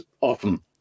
often